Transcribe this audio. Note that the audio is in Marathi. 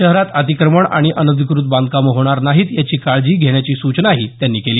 शहरात अतिक्रमण आणि अनधिकृत बांधकामे होणार नाहीत यांची काळजी घेण्याची सूचनाही त्यांनी केली